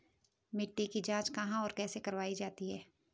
मिट्टी की जाँच कहाँ और कैसे करवायी जाती है?